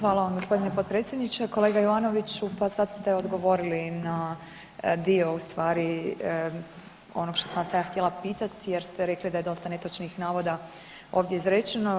Hvala vam gospodine potpredsjedniče, kolega Ivanoviću, pa sad ste odgovorili na dio u stvari onog što sam vas ja htjela pitati, jer ste rekli da je dosta netočnih navoda ovdje izrečeno.